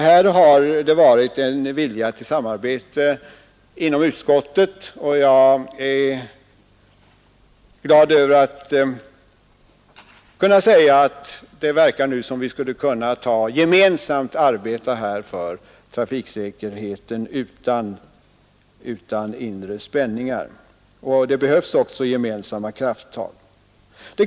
Här har det varit en vilja till samarbete inom utskottet, och jag är glad över att kunna säga att det verkar som om vi gemensamt skulle kunna arbeta för trafiksäkerheten utan inre spänningar. Det behövs verkligen gemensamma krafttag.